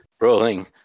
Rolling